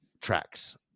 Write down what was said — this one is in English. tracks